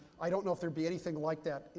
i don't know if there'd be anything like that,